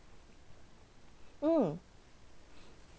mm